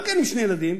גם עם שני ילדים,